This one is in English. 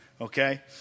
okay